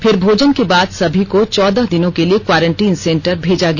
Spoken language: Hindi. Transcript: फिर भोजन के बाद सभी को चौदह दिनों के लिए क्वॉरटिन सेन्टर भेजा गया